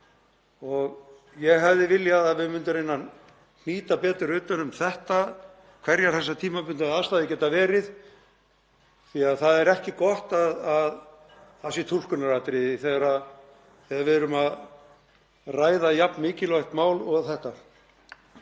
Ég hefði viljað að við myndum reyna að hnýta betur utan um þetta, hverjar þessar tímabundnu aðstæður geta verið, því það er ekki gott að það sé túlkunaratriði þegar við erum að ræða jafn mikilvægt mál og þetta.